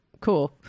cool